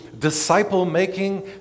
Disciple-making